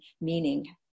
meaning